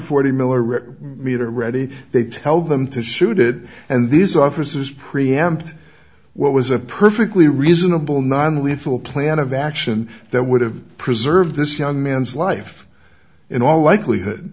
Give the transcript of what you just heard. forty miller meter ready they tell them to shoot it and these officers preempt what was a perfectly reasonable nonlethal plan of action that would have preserved this young man's life in all likelihood